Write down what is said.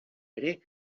ere